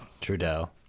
trudeau